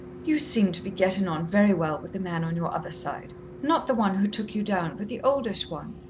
you seemed to be gettin' on very well with the man on your other side not the one who took you down, but the oldish one,